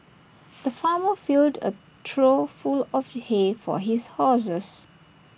the farmer filled A trough full of hay for his horses